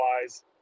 wise